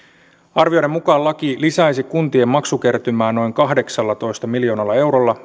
arvioiden mukaan laki lisäisi kuntien maksukertymää noin kahdeksallatoista miljoonalla eurolla